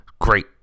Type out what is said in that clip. Great